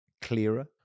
clearer